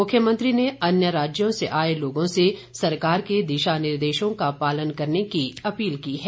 मुख्यमंत्री ने अन्य राज्यों से आए लोगों से सरकार के दिशा निर्देशों का पालन करने की अपील की है